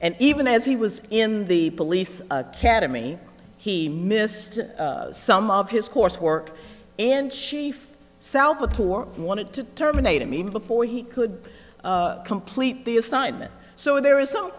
and even as he was in the police academy he missed some of his coursework and chief salvatore wanted to terminate him even before he could complete the assignment so there is some